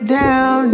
down